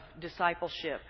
discipleship